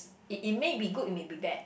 it it may be good it may be bad